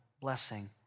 blessing